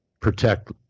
protect